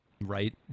right